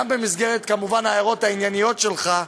כמובן במסגרת ההערות הענייניות שלך,